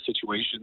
situation